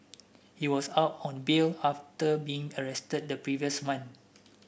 he was out on bail after being arrested the previous month